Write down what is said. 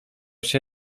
się